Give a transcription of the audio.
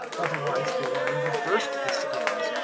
otherwise the wine would burst the skins,